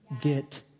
get